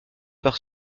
par